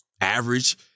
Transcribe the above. average